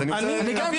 לא התרסה, אני רוצה לדעת.